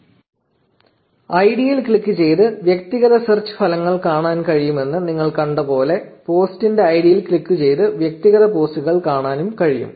1624 ഐഡിയിൽ ക്ലിക്കുചെയ്ത് വ്യക്തിഗത സെർച്ച് ഫലങ്ങൾ കാണാൻ കഴിയുമെന്ന് നമ്മൾ കണ്ടതുപോലെ പോസ്റ്റിന്റെ ഐഡിയിൽ ക്ലിക്കുചെയ്ത് വ്യക്തിഗത പോസ്റ്റുകൾ കാണാനും കഴിയും